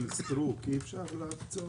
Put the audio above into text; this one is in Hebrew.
מהמיליארד של סטרוק אי אפשר להקצות?